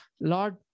Lord